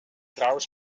vrouwen